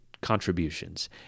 Contributions